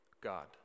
God